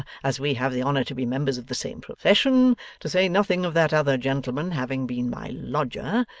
as we have the honour to be members of the same profession to say nothing of that other gentleman having been my lodger,